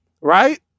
right